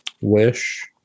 wish